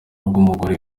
bw’umugore